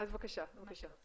אז, בבקשה, בבקשה.